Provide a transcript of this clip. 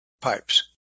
pipes